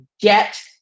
get